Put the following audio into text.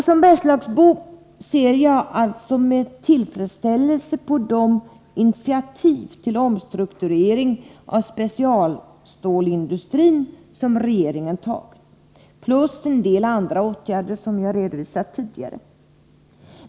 Som bergslagsbo ser jag alltså med tillfredsställelse på de initiativ till omstrukturering av specialstålsindustrin som regeringen tar, plus en del andra åtgärder som jag har redovisat tidigare.